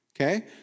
Okay